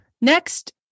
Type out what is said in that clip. Next